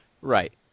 Right